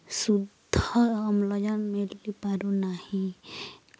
ଶୁଦ୍ଧ ଅମ୍ଳଜାନ ମିଳିପାରୁନାହିଁ